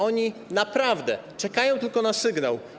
Oni naprawdę czekają tylko na sygnał.